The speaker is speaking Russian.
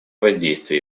воздействие